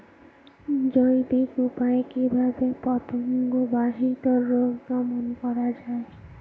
জৈবিক উপায়ে কিভাবে পতঙ্গ বাহিত রোগ দমন করা যায়?